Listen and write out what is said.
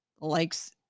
likes